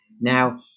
now